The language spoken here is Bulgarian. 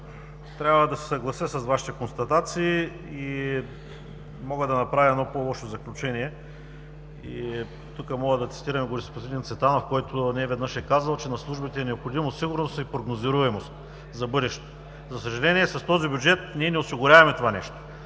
трябва да се съглася с Вашите констатации и мога да направя едно по-лошо заключение. Тук мога да цитирам господин Цветанов, който неведнъж е казвал, че на службите е необходима сигурност и прогнозируемост за бъдещето. За съжаление, с този бюджет ние не осигуряваме това нещо.